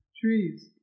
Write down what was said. trees